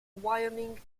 wyoming